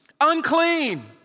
unclean